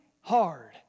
hard